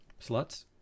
Sluts